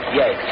yes